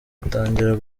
utangira